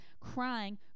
crying